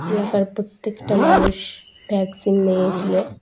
এলাকার প্রত্যেকটা মানুষ ভ্যাকসিন নিয়েছিলো